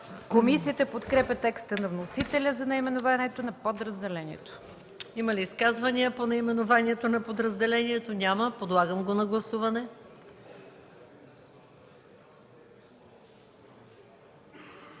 Комисията подкрепя текста на вносителя за наименованието на подразделението. ПРЕДСЕДАТЕЛ МАЯ МАНОЛОВА: Има ли изказвания по наименованието на подразделението? Няма. Подлагам го на гласуване.